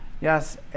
Yes